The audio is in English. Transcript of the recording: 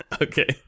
Okay